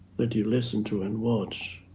that you listen to and watch.